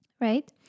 Right